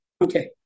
Okay